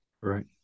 Right